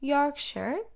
Yorkshire